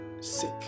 sick